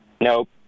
Nope